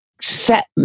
set